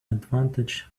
advantage